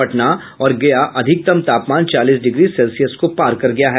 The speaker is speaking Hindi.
पटना और गया अधिकतम तापमान चालीस डिग्री सेल्सियस को पार कर गया है